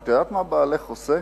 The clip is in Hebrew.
את יודעת מה בעלך עושה?